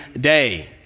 day